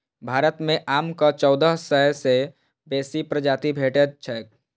भारत मे आमक चौदह सय सं बेसी प्रजाति भेटैत छैक